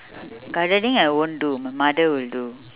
gardening I won't do my mother will do